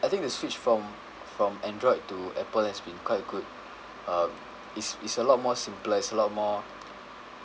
I think the switch from from android to apple has been quite good uh is is a lot more simpler is a lot more